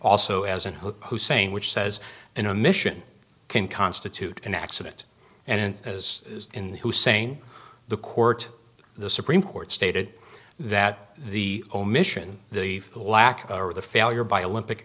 also as an hussein which says in a mission can constitute an accident and as in hussein the court the supreme court stated that the omission the lack of the failure by olympic